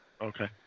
Okay